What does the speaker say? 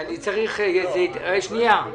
משקיעה